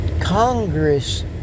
Congress